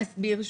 אני אסביר שוב.